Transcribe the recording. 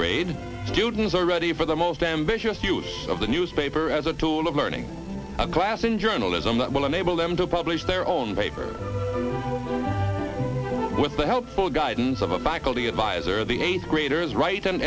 grade students are ready for the most ambitious use of the newspaper as a tool of learning a class in journalism that will enable them to publish their own paper with the helpful guidance of a faculty advisor the eighth graders write an